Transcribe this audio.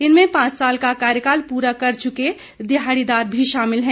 इसमें पांच साल का कार्यकाल पूरा कर चुके दिहाड़ीदार भी शामिल हैं